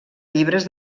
llibres